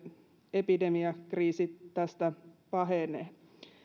epidemiakriisi tästä pahenee